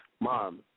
Mom